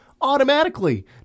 automatically